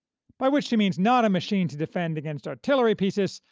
by which she means not a machine to defend against artillery pieces,